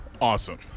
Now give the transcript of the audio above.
Awesome